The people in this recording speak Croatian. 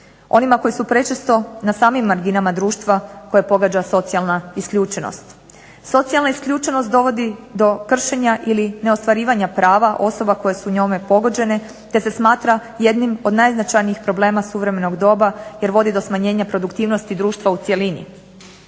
onima koji su prečesto na samim marginama društva koje pogađa socijalna isključenost. Socijalna isključenost dovodi do kršenja ili neostvarivanja prava osoba koje su njome pogođene, te se smatra jednim od najznačajnijih problema suvremenog doba jer vodi do smanjenja produktivnosti društva u cjelini.